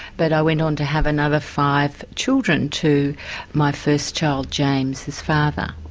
but i went on to have another five children to my first child james's father.